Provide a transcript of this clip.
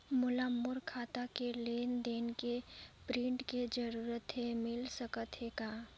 मोला मोर खाता के लेन देन के प्रिंट के जरूरत हे मिल सकत हे का?